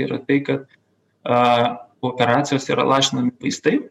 yra tai kad a operacijos yra lašinami vaistai